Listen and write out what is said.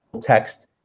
text